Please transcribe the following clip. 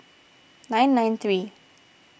nine nine three